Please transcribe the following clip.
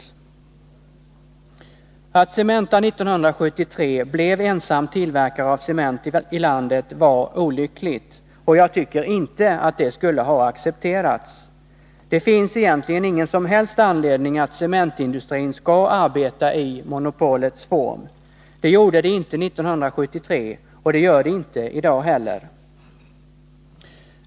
Det var olyckligt att Cementa 1973 blev ensam tillverkare av cement i landet. Jag tycker inte att det skulle ha accepterats. Det finns egentligen ingen som helst anledning att cementindustrin skall arbeta i monopolets form. Det gjorde det inte 1973, och det gör det inte i dag heller.